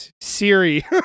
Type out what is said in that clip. Siri